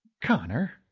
Connor